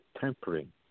tempering